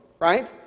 right